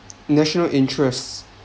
national interests